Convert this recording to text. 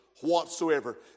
whatsoever